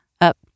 up